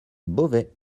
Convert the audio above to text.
beauvais